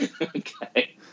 Okay